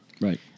Right